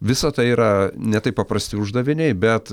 visa tai yra ne tai paprasti uždaviniai bet